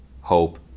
hope